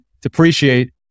depreciate